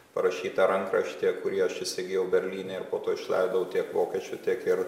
parašytą rankraštį kurį aš įsigyjau berlyne ir po to išleidau tiek vokiečių tiek ir